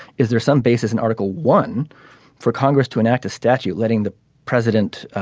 is there some basis in article one for congress to enact a statute letting the president